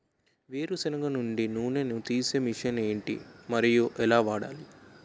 వేరు సెనగ నుండి నూనె నీ తీసే మెషిన్ ఏంటి? మరియు ఎలా వాడాలి?